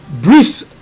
brief